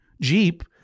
jeep